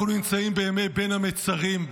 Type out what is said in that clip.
אנחנו נמצאים בימי בין המצרים,